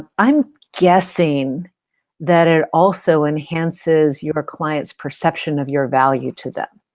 i'm guessing that it also enhances your clients perception of your value to them?